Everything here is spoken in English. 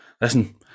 Listen